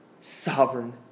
sovereign